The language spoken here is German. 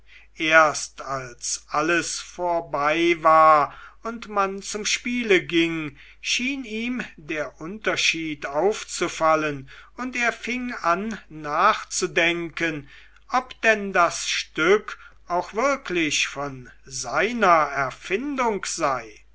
erst als alles vorbei war und man zum spiele ging schien ihm der unterschied aufzufallen und er fing an nachzudenken ob denn das stück auch wirklich von seiner erfindung sei